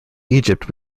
egypt